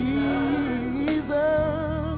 Jesus